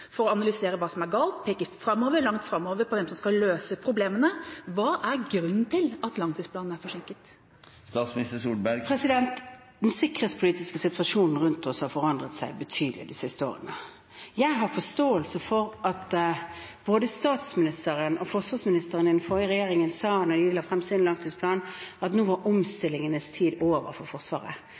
for å analysere hva som er galt, og som peker langt framover på dem som skal løse problemene. Hva er grunnen til at langtidsplanen er forsinket? Den sikkerhetspolitiske situasjonen rundt oss har forandret seg betydelig de siste årene. Jeg har forståelse for at både statsministeren og forsvarsministeren i den forrige regjeringen sa da de la frem sin langtidsplan, at nå var omstillingenes tid over for Forsvaret.